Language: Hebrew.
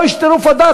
פה יש טירוף הדעת.